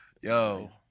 Yo